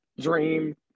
dream